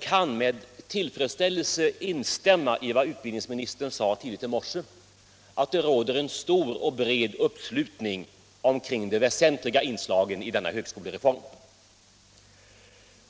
kan väl med tillfredsställelse instämma i vad utbildningsministern sade tidigt i morse — att det råder en stor och bred uppslutning kring de väsentliga inslagen i denna högskolereform.